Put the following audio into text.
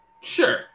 Sure